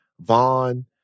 Vaughn